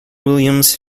williams